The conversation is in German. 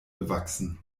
bewachsen